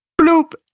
bloop